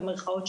במירכאות,